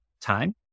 time